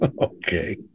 Okay